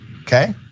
okay